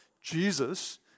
Jesus